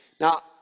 Now